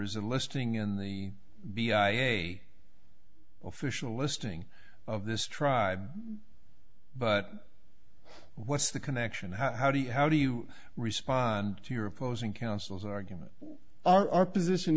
is a listing in the b i a official listing of this tribe but what's the connection how do you how do you respond to your opposing counsel's argument our position